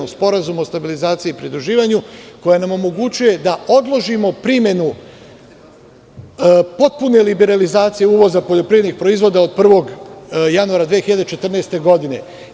Sporazuma o stabilizaciji i pridruživanju, koja nam omogućava da odložimo primenu potpune liberalizacije uvoza poljoprivrednih proizvoda od 1. januara 2014. godine.